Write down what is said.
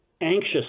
anxious